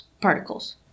particles